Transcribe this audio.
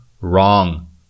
wrong